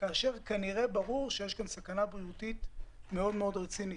כאשר כנראה ברור שיש כאן סכנה בריאותית מאוד מאוד רצינית.